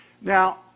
Now